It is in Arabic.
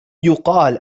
يُقال